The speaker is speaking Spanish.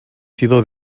sido